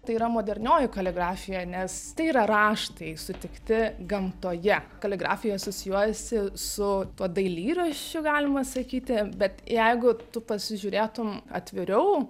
tai yra modernioji kaligrafija nes tai yra raštai sutikti gamtoje kaligrafija asocijuojasi su tuo dailyraščiu galima sakyti bet jeigu tu pasižiūrėtum atviriau